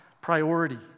priority